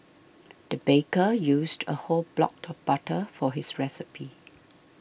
the baker used a whole block of butter for his recipe